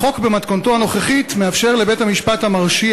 החוק במתכונתו הנוכחית מאפשר לבית-המשפט המרשיע